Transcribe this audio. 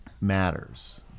matters